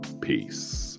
Peace